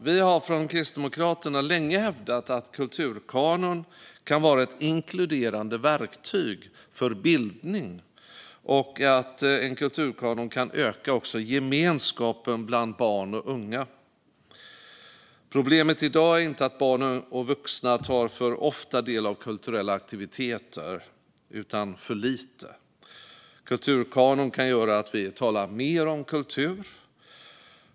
Vi har från Kristdemokraterna länge hävdat att kulturkanon kan vara ett inkluderande verktyg för bildning och att en kulturkanon också kan öka gemenskapen bland barn och unga. Problemet i dag är inte att barn och vuxna tar del av kulturella aktiviteter för ofta, utan för lite. Kulturkanon kan göra att vi talar mer om kultur.